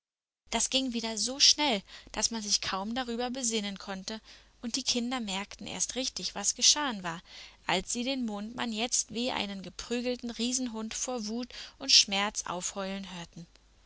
das ging wieder so schnell daß man sich kaum darüber besinnen konnte und die kinder merkten erst richtig was geschehen war als sie den mondmann jetzt wie einen geprügelten riesenhund vor wut und schmerz aufheulen hörten